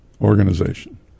organization